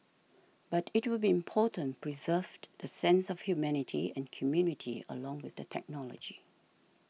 but it will be important preserve the sense of humanity and community along with the technology